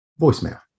voicemail